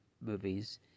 movies